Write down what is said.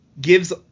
Gives